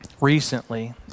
recently